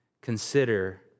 consider